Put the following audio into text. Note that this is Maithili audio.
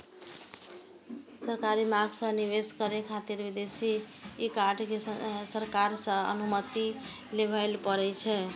सरकारी मार्ग सं निवेश करै खातिर विदेशी इकाई कें सरकार सं अनुमति लेबय पड़ै छै